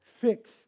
fix